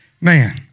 Man